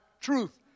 truth